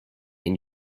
and